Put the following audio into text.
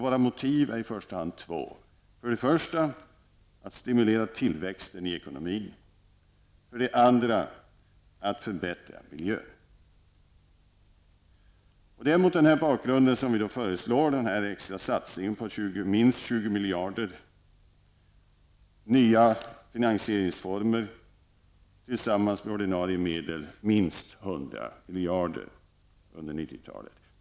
Våra motiv är i första hand två, nämligen för det första att stimulera tillväxten i ekonomin och för det andra att förbättra miljön. Mot denna bakgrund föreslår vi en satsning på minst 20 miljarder kronor utöver ordinarie anslagsnivå under resten av decenniet. Tillsammans med andra ordinarie anslag och finansieringsformer investeras därmed minst 100 miljarder kronor i järnvägar, vägar och kollektivtrafikanläggningar.